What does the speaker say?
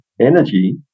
energy